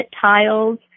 tiles